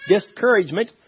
discouragement